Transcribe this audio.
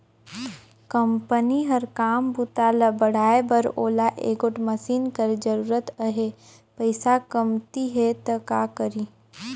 Company कर काम बूता ल बढ़ाए बर ओला एगोट मसीन कर जरूरत अहे, पइसा कमती हे त का करी?